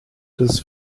des